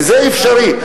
וזה אפשרי.